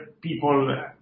people